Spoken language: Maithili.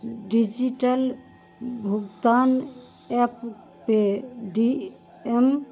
डिजिटल भुगतान ऐप पे टी एम